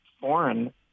foreign